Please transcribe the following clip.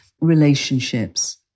relationships